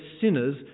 sinners